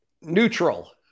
Neutral